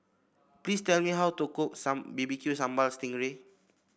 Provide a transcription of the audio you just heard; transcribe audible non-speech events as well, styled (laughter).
please tell me how to cook (unintelligible) B B Q Sambal Sting Ray